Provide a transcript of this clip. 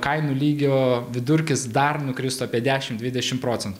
kainų lygio vidurkis dar nukristų apie dešim dvidešim procentų